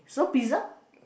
saw pizza